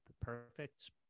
perfect